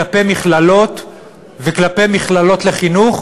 כלפי מכללות וכלפי מכללות לחינוך,